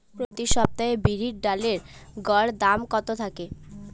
প্রতি সপ্তাহে বিরির ডালের গড় দাম কত থাকে?